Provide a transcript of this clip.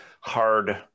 hard